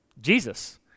Jesus